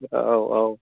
औ औ